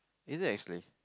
is that actually